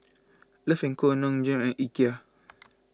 Love and Co Nong Shim and Ikea